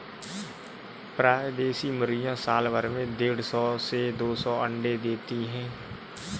प्रायः देशी मुर्गियाँ साल भर में देढ़ सौ से दो सौ अण्डे देती है